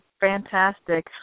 fantastic